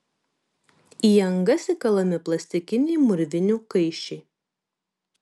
į angas įkalami plastikiniai mūrvinių kaiščiai